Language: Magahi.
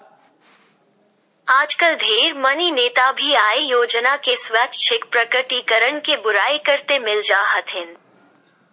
आजकल ढेर मनी नेता भी आय योजना के स्वैच्छिक प्रकटीकरण के बुराई करते मिल जा हथिन